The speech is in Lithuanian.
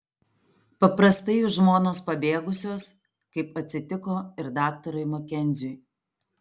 paprastai jų žmonos pabėgusios kaip atsitiko ir daktarui makenziui